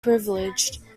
privileged